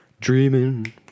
dreaming